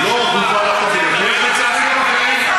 שר החינוך, לא הובא לקבינט, ויש לצערי גם אחרים.